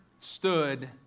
stood